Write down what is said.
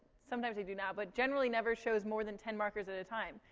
sometimes they do now, but generally never shows more than ten markers at a time.